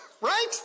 right